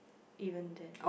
even there